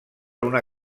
una